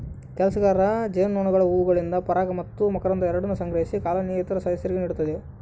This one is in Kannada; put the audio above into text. ಕೆಲಸಗಾರ ಜೇನುನೊಣಗಳು ಹೂವುಗಳಿಂದ ಪರಾಗ ಮತ್ತು ಮಕರಂದ ಎರಡನ್ನೂ ಸಂಗ್ರಹಿಸಿ ಕಾಲೋನಿಯ ಇತರ ಸದಸ್ಯರಿಗೆ ನೀಡುತ್ತವೆ